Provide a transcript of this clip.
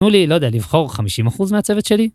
תנו לי, לא יודע, לבחור 50% מהצוות שלי?